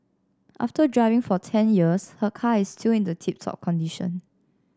after driving for ten years her car is still in the tip top condition